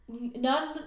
none